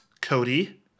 Cody